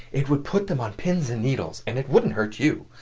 it would put them on pins and needles, and it wouldn't hurt you.